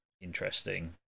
interesting